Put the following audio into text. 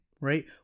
right